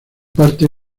parte